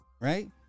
right